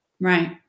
Right